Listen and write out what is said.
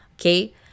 okay